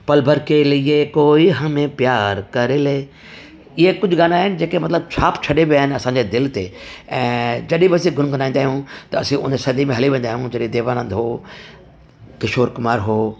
ये कुझु गाना आहिनि जेके मतिलबु छाप छॾे विया आहिनि असांजे दिलि ते जॾहिं बि असां गुनगुनाइंदा आहियूं त असां उन सदी में हली वेंदा आहियूं जॾहिं देवानंद हुओ किशोर कुमार हुओ